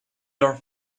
your